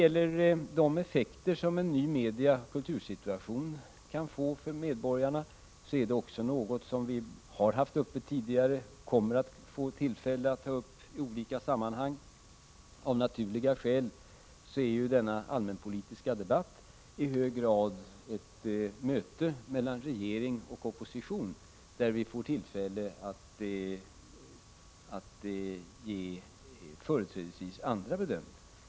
Frågan om de effekter som en ny mediakultursituation kan få för medborgarna har vi också haft uppe till diskussion tidigare, och vi kommer att få tillfälle att ta upp den i olika sammanhang. Av naturliga skäl är ju denna allmänpolitiska debatt i hög grad ett möte mellan regering och opposition, där vi får tillfälle att föra fram företrädesvis andra bedömningar.